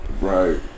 Right